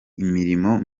imirimo